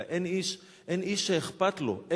אלא "אין איש" אין איש שאכפת לו,